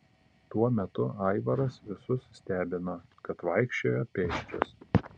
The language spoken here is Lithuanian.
tuo metu aivaras visus stebino kad vaikščiojo pėsčias